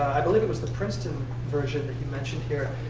i believe it was the princeton version that you mentioned here.